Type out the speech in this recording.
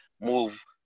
move